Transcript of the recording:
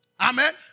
Amen